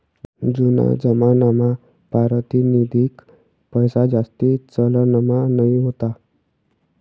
जूना जमानामा पारतिनिधिक पैसाजास्ती चलनमा नयी व्हता